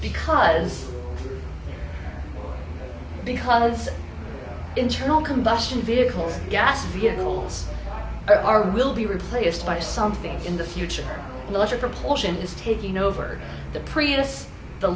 because because internal combustion vehicles gas vehicles are will be replaced by something in the future the letter proportion is taking over the prius the